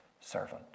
servant